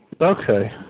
Okay